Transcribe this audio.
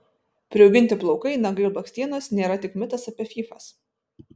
priauginti plaukai nagai ir blakstienos nėra tik mitas apie fyfas